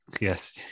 Yes